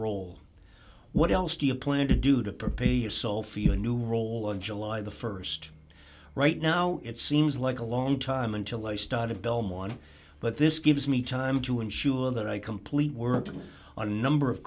role what else do you plan to do to prepare yourself feel a new role july the st right now it seems like a long time until i started belmont but this gives me time to ensure that i complete work on a number of